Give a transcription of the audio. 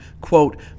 quote